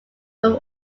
from